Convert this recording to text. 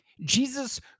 Jesus